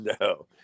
no